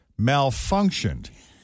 malfunctioned